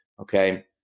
Okay